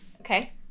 Okay